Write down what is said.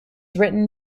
written